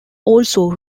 also